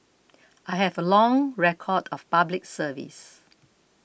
I have a long record of Public Service